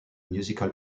musical